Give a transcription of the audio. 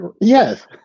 Yes